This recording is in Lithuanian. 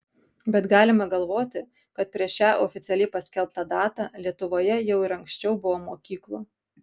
bet galima galvoti kad prieš šią oficialiai paskelbtą datą lietuvoje jau ir anksčiau buvo mokyklų